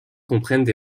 comprennent